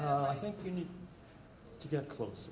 so i think you need to get close